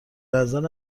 نظر